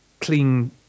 clean